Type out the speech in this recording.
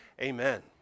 Amen